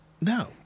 No